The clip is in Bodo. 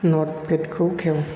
नट पेड खौ खेव